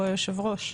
אז הוא יושב הראש?